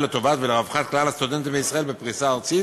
לטובת ולרווחת כלל הסטודנטים בישראל בפריסה ארצית,